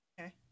Okay